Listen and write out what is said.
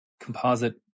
composite